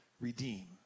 redeem